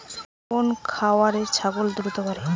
কোন খাওয়ারে ছাগল দ্রুত বাড়ে?